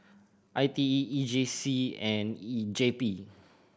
I T E E J C and J P